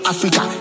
Africa